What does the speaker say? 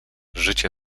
życie